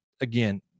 again